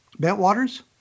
Bentwater's